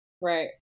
Right